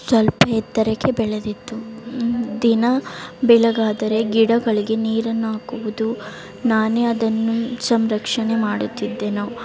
ಸ್ವಲ್ಪ ಎತ್ತರಕ್ಕೆ ಬೆಳೆದಿತ್ತು ದಿನ ಬೆಳಗಾದರೆ ಗಿಡಗಳಿಗೆ ನೀರನ್ನು ಹಾಕುವುದು ನಾನೇ ಅದನ್ನು ಸಂರಕ್ಷಣೆ ಮಾಡುತ್ತಿದ್ದೆನು